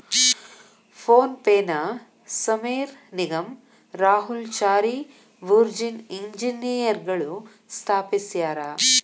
phone ಪೆನ ಸಮೇರ್ ನಿಗಮ್ ರಾಹುಲ್ ಚಾರಿ ಬುರ್ಜಿನ್ ಇಂಜಿನಿಯರ್ಗಳು ಸ್ಥಾಪಿಸ್ಯರಾ